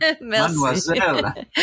Mademoiselle